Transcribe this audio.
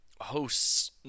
hosts